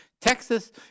Texas